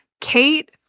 Kate